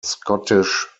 scottish